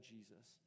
Jesus